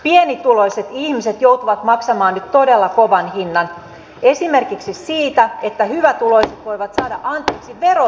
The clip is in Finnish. pienituloiset ihmiset joutuvat maksamaan nyt todella kovan hinnan esimerkiksi siitä että hyvätuloiset voivat saada anteeksi verovilppinsä